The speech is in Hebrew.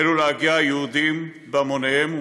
החלו להגיע יהודים בהמוניהם,